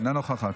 אינה נוכחת,